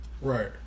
Right